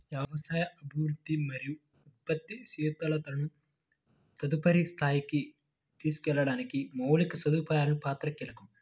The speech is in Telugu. వ్యవసాయ అభివృద్ధికి మరియు ఉత్పత్తి గతిశీలతను తదుపరి స్థాయికి తీసుకెళ్లడానికి మౌలిక సదుపాయాల పాత్ర కీలకం